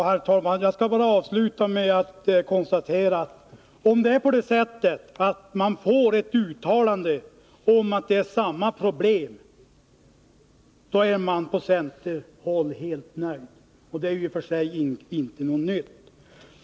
Herr talman! Jag skall bara avsluta med att konstatera, att man från centerhåll tycks vara helt nöjd med att man får ett uttalande om att Gävleborgs län har samma problem. Det är i och för sig inte något nytt.